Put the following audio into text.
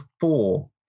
four